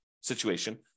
situation